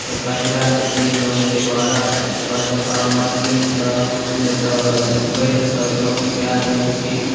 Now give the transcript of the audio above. के कटवा लै छी जनके द्वारा तकर बाद ओकरा मशीनसँ नहि तऽ बैलसँ दाउन कऽ लै छी